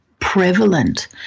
Prevalent